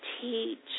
teach